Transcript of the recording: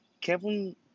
Kevin